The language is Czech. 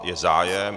Je zájem?